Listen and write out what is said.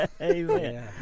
Amen